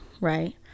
right